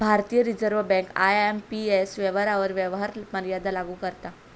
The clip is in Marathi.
भारतीय रिझर्व्ह बँक आय.एम.पी.एस व्यवहारांवर व्यवहार मर्यादा लागू करता